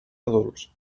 adults